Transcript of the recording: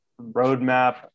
roadmap